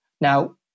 Now